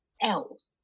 else